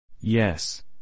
Yes